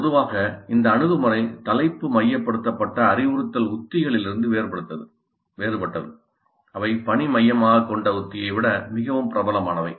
பொதுவாக இந்த அணுகுமுறை தலைப்பு மையப்படுத்தப்பட்ட அறிவுறுத்தல் உத்திகளிலிருந்து வேறுபட்டது அவை பணி மையமாகக் கொண்ட உத்தியை விட மிகவும் பிரபலமானவை